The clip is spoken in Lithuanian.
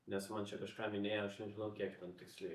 nes man čia kažką minėjo aš nežinau kiek ten tiksliai